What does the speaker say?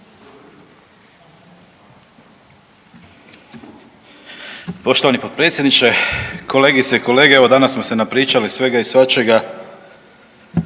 Poštovani potpredsjedniče, kolegice i kolege, evo danas smo se napričali svega i svačega.